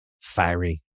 fiery